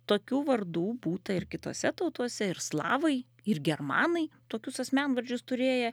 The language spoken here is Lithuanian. tokių vardų būta ir kitose tautose ir slavai ir germanai tokius asmenvardžius turėję